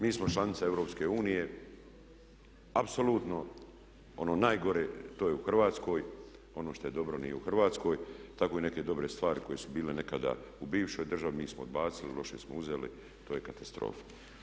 Mi smo članica EU, apsolutno ono najgore to je u Hrvatskoj, ono što je dobro nije u Hrvatskoj tako i neke dobre stvari koje su bile nekada u bivšoj državi mi smo odbacili, loše smo uzeli, to je katastrofa.